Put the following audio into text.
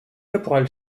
caporal